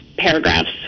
paragraphs